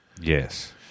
Yes